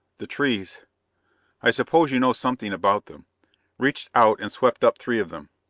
the trees i suppose you know something about them reached out and swept up three of them.